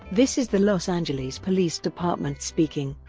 this is the los angeles police department speaking.